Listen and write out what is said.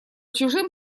чужим